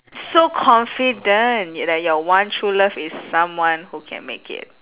so confident that your one true love is someone who can make it